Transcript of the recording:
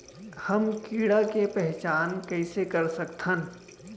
हम कीड़ा के पहिचान कईसे कर सकथन